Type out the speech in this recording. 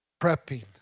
prepping